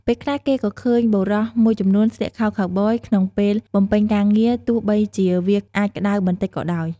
ពេលខ្លះគេក៏ឃើញបុរសមួយចំនួនស្លៀកខោខូវប៊យក្នុងពេលបំពេញការងារទោះបីជាវាអាចក្តៅបន្តិចក៏ដោយ។